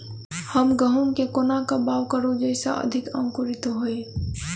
हम गहूम केँ कोना कऽ बाउग करू जयस अधिक अंकुरित होइ?